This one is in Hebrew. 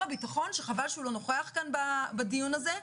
הביטחון שחבל שהוא לא נוכח כאן בדיון הזה,